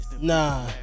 Nah